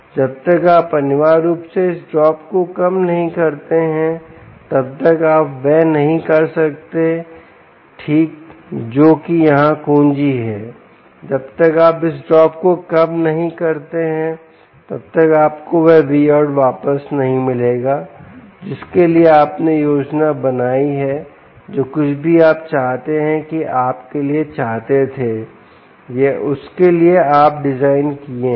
जब तक आप अनिवार्य रूप से इस ड्रॉप को कम नहीं करते हैं तब तक आप वह नहीं कर सकते ठीक जो कि यहाँ कुंजी है जब तक आप इस ड्रॉप को कम नहीं करते हैं तब तक आपको वह vout वापस नहीं मिलेगा जिसके लिए आपने योजना बनाई है जो कुछ भी आप चाहते हैं कि आप के लिए चाहते थे यह उस के लिए आप डिजाइन किए हैं